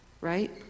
right